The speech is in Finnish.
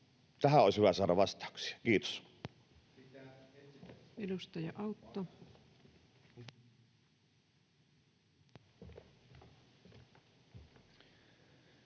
Tähän olisi hyvä saada vastauksia. — Kiitos.